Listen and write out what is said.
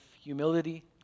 humility